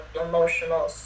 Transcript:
emotional